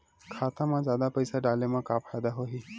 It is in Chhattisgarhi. खाता मा जादा पईसा डाले मा का फ़ायदा होही?